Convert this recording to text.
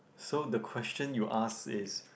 so the question you ask is